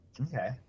Okay